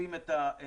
אוספים את הנתונים,